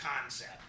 concept